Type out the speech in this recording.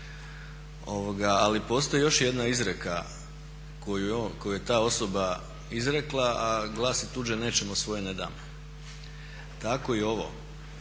ali postoji još jedna izreka koju je ta osoba izrekla, a glasi "Tuđe nećemo, svoje ne damo", tako i ovo.